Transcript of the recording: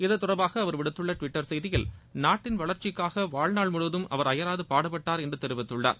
இத்தொடர்பாக அவர் விடுத்துள்ள டுவிட்டர் செய்தியில் நாட்டின் வளர்ச்சிக்காக வாற்நாள் முழுவதம் அவர் அயராது பாடுபட்டார் என்று தெரிவித்துள்ளார்